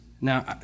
Now